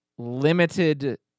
limited